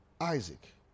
Isaac